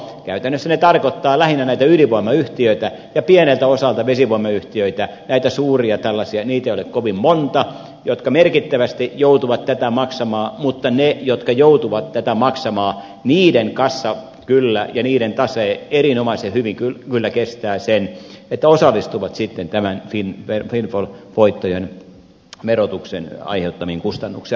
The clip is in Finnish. käytännössä tarkoitetaan lähinnä näitä ydinvoimayhtiöitä ja pieneltä osalta vesivoimayhtiöitä näitä suuria tällaisia niitä ei ole kovin monta jotka merkittävästi joutuvat tätä maksamaan mutta ne jotka joutuvat tätä maksamaan niiden kassa kyllä ja niiden tase erinomaisen hyvin kyllä kestää sen että osallistuvat sitten näiden windfall voittojen verotuksen aiheuttamiin kustannuksiin